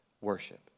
worship